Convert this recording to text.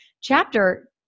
chapter